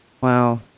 wow